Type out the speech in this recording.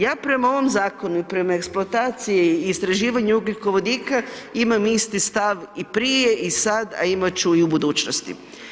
Ja prema ovom Zakonu i prema eksploataciji i istraživanju ugljikovodika imam isti stav i prije i sad, a imati ću i budućnosti.